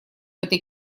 этой